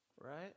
right